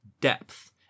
depth